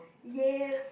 yes